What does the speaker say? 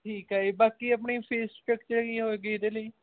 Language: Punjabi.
ਠੀਕ ਹੈ ਜੀ ਬਾਕੀ ਆਪਣੀ ਫੀਸ ਸਟਰੱਕਚਰ ਕੀ ਹੋਏਗੀ ਇਹਦੇ ਲਈ